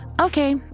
Okay